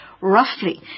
roughly